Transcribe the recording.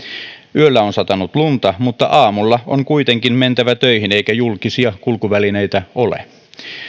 yöllä on satanut lunta mutta aamulla on kuitenkin mentävä töihin eikä julkisia kulkuvälineitä ole